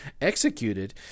executed